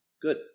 Good